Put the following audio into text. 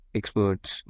experts